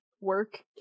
work